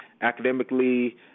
academically